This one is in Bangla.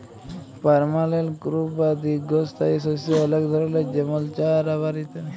পার্মালেল্ট ক্রপ বা দীঘ্ঘস্থায়ী শস্য অলেক ধরলের যেমল চাঁ, রাবার ইত্যাদি